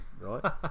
right